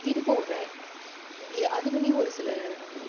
இது போக அதுக்குன்னே ஒரு சில